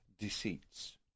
Deceits